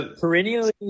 Perennially